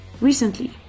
recently